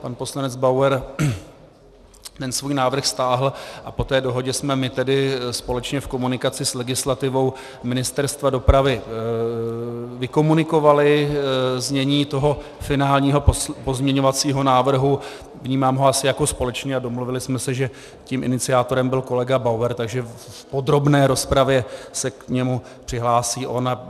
Pan poslanec Bauer ten svůj návrh stáhl a po té dohodě jsme my tedy společně v komunikaci s legislativou Ministerstva dopravy vykomunikovali znění toho finálního pozměňovacího návrhu, vnímám ho asi jako společný, a domluvili jsme se, že tím iniciátorem byl kolega Bauer, takže v podrobné rozpravě se k němu přihlásí on.